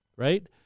Right